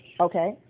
Okay